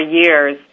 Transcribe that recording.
years